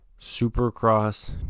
Supercross